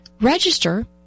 register